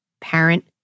parent